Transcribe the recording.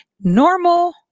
normal